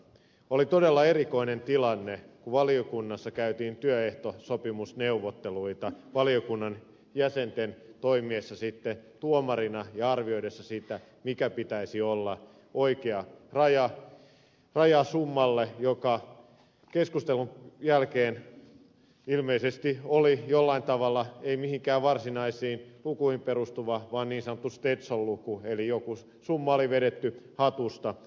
oli todella erikoinen tilanne kun valiokunnassa käytiin työehtosopimusneuvotteluja valiokunnan jäsenten toimiessa tuomarina ja arvioidessa sitä mikä pitäisi olla oikea raja summalle joka keskustelun jälkeen ilmeisesti oli jollain tavalla ei mihinkään varsinaisiin lukuihin perustuva vaan niin sanottu stetson luku eli joku summa oli vedetty hatusta